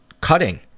cutting